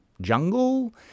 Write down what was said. jungle